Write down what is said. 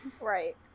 Right